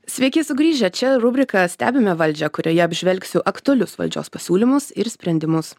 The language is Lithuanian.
sveiki sugrįžę čia rubrika stebime valdžią kurioje apžvelgsiu aktualius valdžios pasiūlymus ir sprendimus